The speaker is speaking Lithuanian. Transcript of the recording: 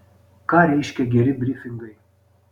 ką reiškia geri brifingai